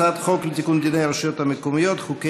הצעת חוק לתיקון דיני הרשויות המקומיות (חוקי